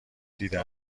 دیده